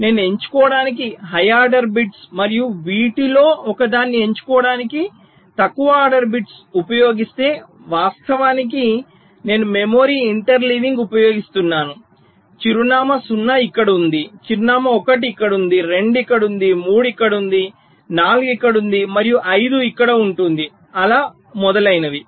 నేను ఎంచుకోవడానికి high order bits మరియు వీటిలో ఒకదాన్ని ఎంచుకోవడానికి తక్కువ ఆర్డర్ బిట్స్ ఉపయోగిస్తే వాస్తవానికి నేను మెమరీ ఇంటర్లీవింగ్ ఉపయోగిస్తున్నాను చిరునామా 0 ఇక్కడ ఉంటుంది చిరునామా 1 ఇక్కడ ఉంటుంది 2 ఇక్కడ ఉంటుంది 3 ఇక్కడ ఉంటుంది 4 ఇక్కడ ఉంటుంది మరియు 5 ఇక్కడ ఉంటుంది మరియు మొదలైనవి